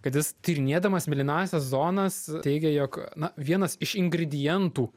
kad jis tyrinėdamas mėlynąsias zonas teigia jog na vienas iš ingredientų